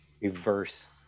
reverse